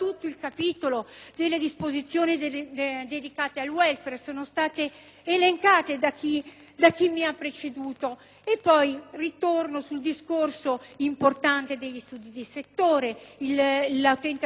sono state elencate da chi mi ha preceduto.